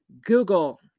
Google